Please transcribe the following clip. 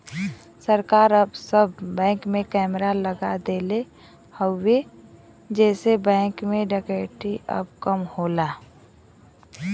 सरकार अब सब बैंक में कैमरा लगा देले हउवे जेसे बैंक में डकैती अब कम होला